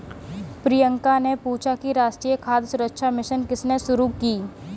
प्रियंका ने पूछा कि राष्ट्रीय खाद्य सुरक्षा मिशन किसने शुरू की?